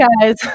guys